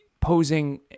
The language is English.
posing